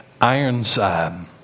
Ironside